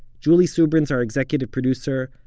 julie subrin's our executive producer.